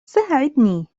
ساعدني